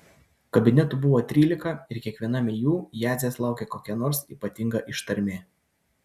kabinetų buvo trylika ir kiekviename jų jadzės laukė kokia nors ypatinga ištarmė